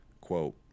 Quote